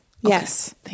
Yes